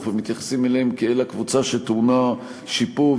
ומתייחסים אליהם כאל הקבוצה שטעונה שיפור,